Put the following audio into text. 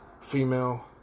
female